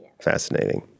fascinating